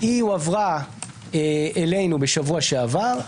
היא הועברה אלינו בשבוע שעבר,